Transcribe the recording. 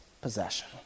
possession